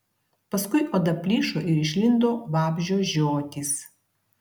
paskui oda plyšo ir išlindo vabzdžio žiotys